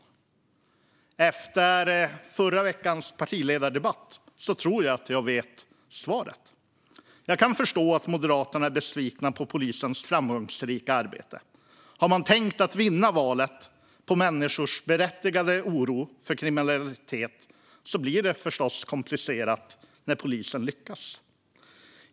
Efter förra veckans partiledardebatt tror jag att jag vet svaret. Jag kan förstå att Moderaterna är besvikna på polisens framgångsrika arbete. Har man tänkt att vinna valet på människors berättigade oro för kriminalitet blir det förstås komplicerat när polisen lyckas.